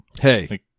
hey